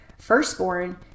Firstborn